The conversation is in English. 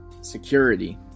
security